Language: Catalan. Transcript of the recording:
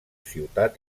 ciutat